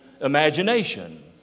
imagination